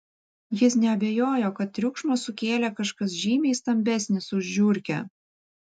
jis neabejojo kad triukšmą sukėlė kažkas žymiai stambesnis už žiurkę